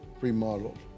remodeled